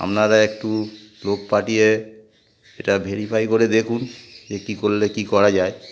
আপনারা একটু লোক পাঠয়ে এটা ভেরিফাই করে দেখুন যে কী করলে কী করা যায়